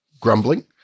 grumbling